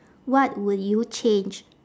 what would you change